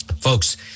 Folks